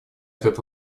этот